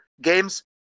games